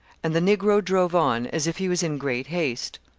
and the negro drove on as if he was in great haste.